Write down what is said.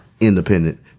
independent